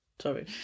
Sorry